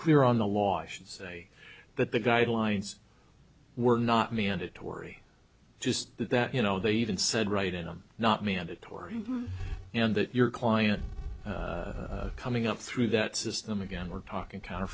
clear on the law i should say that the guidelines were not me and it tori just that you know they even said right and i'm not mandatory and that your client coming up through that system again we're talking counter